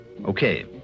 Okay